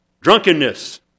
Drunkenness